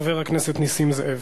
חבר הכנסת נסים זאב.